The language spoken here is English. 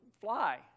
fly